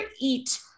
eat